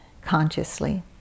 consciously